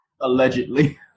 allegedly